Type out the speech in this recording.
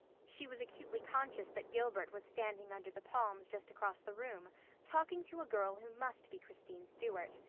she was acutely conscious that gilbert was standing under the palms just across the room talking to a girl who must be christine stuart.